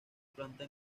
planta